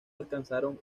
alcanzaron